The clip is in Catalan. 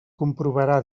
comprovarà